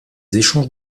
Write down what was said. échanges